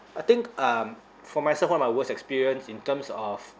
I think um for myself one of my worst experience in terms of